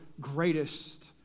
greatest